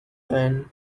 and